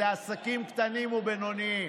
אלה עסקים קטנים ובינוניים.